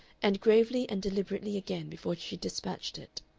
and gravely and deliberately again before she despatched it.